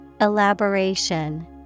Elaboration